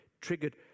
triggered